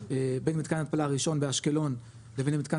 בין מתקן ההתפלה הראשון באשקלון לבין מתקן